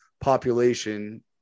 population